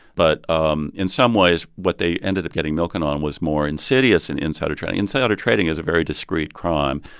but um in some ways, what they ended up getting milken on was more insidious than and insider trading. insider trading is a very discreet crime.